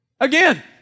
Again